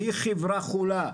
היא חברה חולה.